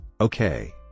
Okay